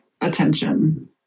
attention